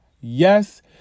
Yes